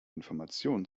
informationen